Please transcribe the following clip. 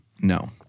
No